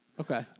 Okay